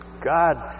God